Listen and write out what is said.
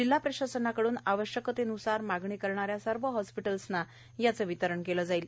जिल्हा प्रशासनाकडून आवश्यकतेन्सार सर्व मागणी करणाऱ्या हॉस्पिटलला याचे वितरण केले जाणार आहे